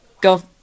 go